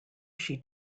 she